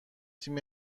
تیم